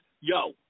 yo